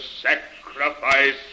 sacrifice